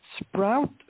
sprout